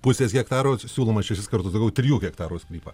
pusės hektaro siūloma šešis kartus daugiau trijų hektarų sklypą